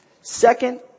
Second